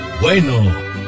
bueno